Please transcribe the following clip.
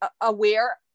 aware